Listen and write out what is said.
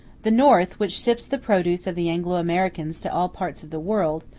the north, which ships the produce of the anglo-americans to all parts of the world,